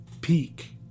peak